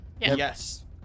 Yes